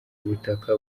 ubutaka